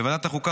בוועדת החוקה,